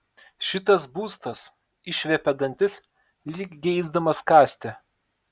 šitas būstas išviepia dantis lyg geisdamas kąsti